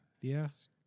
Yes